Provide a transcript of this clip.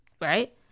right